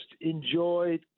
enjoyed